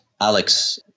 Alex